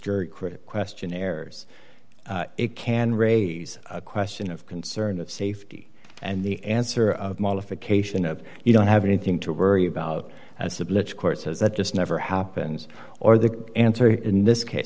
crit questionnaires it can raise a question of concern of safety and the answer of modification of you don't have anything to worry about as a blitz court says that this never happens or the answer in this case